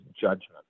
judgment